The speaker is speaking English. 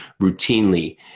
routinely